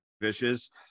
vicious